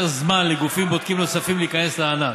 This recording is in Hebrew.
זמן לגופים בודקים נוספים להיכנס לענף,